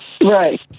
Right